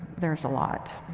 there's a lot.